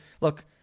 Look